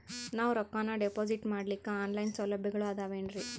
ನಾವು ರೊಕ್ಕನಾ ಡಿಪಾಜಿಟ್ ಮಾಡ್ಲಿಕ್ಕ ಆನ್ ಲೈನ್ ಸೌಲಭ್ಯಗಳು ಆದಾವೇನ್ರಿ?